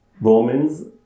Romans